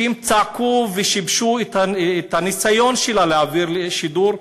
שהם צעקו ושיבשו את הניסיון שלה להעביר לשידור.